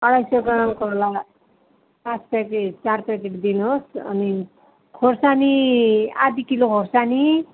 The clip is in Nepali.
अढाइ सय ग्रामको होला पाँच प्याकेट चार प्याकेट दिनुहोस् अनि खोर्सानी आधा किलो खोर्सानी